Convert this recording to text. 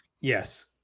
Yes